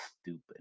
stupid